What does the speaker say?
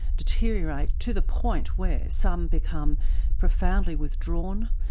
deteriorate to the point where some become profoundly withdrawn,